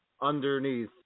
underneath